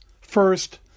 First